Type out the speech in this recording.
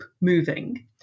moving